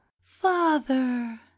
father